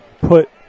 Put